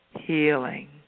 healing